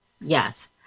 Yes